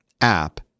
app